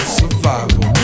survival